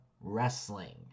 Wrestling